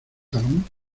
talón